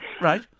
right